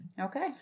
Okay